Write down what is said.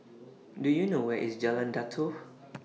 Do YOU know Where IS Jalan Datoh